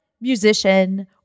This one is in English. musician